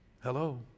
hello